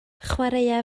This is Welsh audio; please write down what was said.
chwaraea